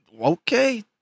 Okay